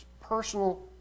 personal